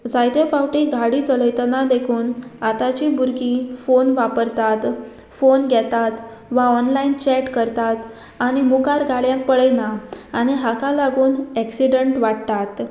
जायते फावटी गाडी चलयतना देखून आतांची भुरगीं फोन वापरतात फोन घेतात वा ऑनलायन चॅट करतात आनी मुखार गाडयांक पळयना आनी हाका लागून एक्सिडंट वाडटात